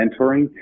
mentoring